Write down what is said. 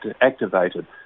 activated